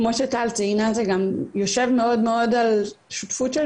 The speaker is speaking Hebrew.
כמו שטל ציינה זה גם יושב מאוד על שותפות של